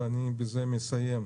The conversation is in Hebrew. ובזה אני אסיים,